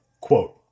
Quote